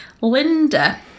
Linda